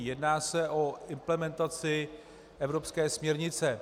Jedná se o implementaci evropské směrnice.